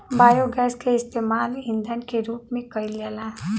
biogas के इस्तेमाल ईधन के रूप में कईल जाला